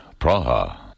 Praha